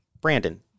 Brandon